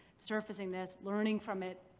surfacing this, learning from it,